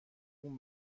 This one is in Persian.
اون